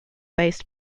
based